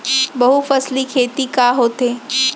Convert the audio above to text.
बहुफसली खेती का होथे?